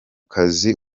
kazi